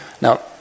Now